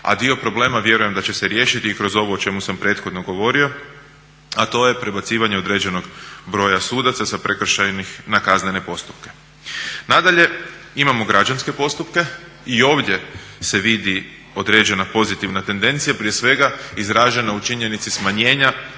a dio problema vjerujem da će se riješiti i kroz ovo o čemu sam prethodno govorio, a to je prebacivanje određenog broja sudaca sa prekršajnih na kaznene postupke. Nadalje, imamo građanske postupke i ovdje se vidi određena pozitivna tendencija prije svega izražena u činjenici smanjena